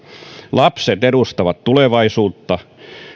lapset edustavat tulevaisuutta